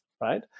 right